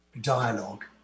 dialogue